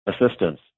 assistance